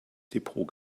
depot